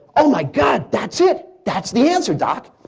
oh my god, that's it. that's the answer doc.